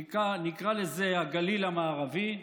נקרא לזה הגליל המערבי,